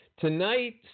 Tonight